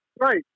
Right